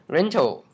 Rental